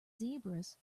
zebras